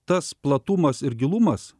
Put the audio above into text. tas platumas ir gilumas